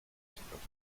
sprawach